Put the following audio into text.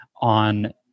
on